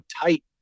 tight